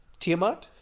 Tiamat